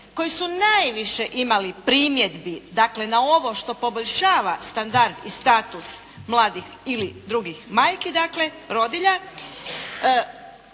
koji su najviše imali primjedbi dakle na ovo što poboljšava standard i status mladih ili drugih majki, dakle rodilja,